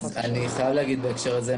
אני לומר בהקשר הזה,